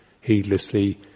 heedlessly